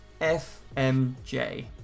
FMJ